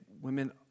Women